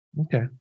Okay